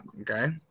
Okay